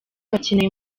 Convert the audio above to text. bakeneye